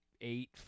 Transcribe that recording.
eight